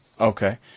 Okay